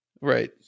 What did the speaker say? right